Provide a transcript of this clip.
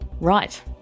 Right